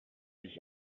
sich